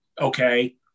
Okay